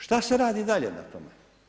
Šta se radi dalje na tome?